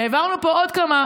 העברנו פה עוד כמה